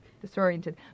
disoriented